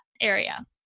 area